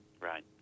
Right